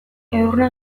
edurne